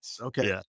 Okay